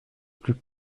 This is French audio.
plus